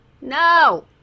No